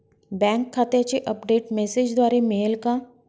Bank खात्याचे update मेसेजद्वारे मिळेल का?